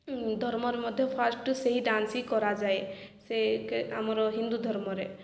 ଧର୍ମରେ ମଧ୍ୟ ଫାର୍ଷ୍ଟ ସେହି ଡାନ୍ସ ହିଁ କରାଯାଏ ସେ ଆମର ହିନ୍ଦୁ ଧର୍ମରେ